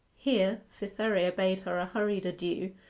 here cytherea bade her a hurried adieu,